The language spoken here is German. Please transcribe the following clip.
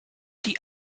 die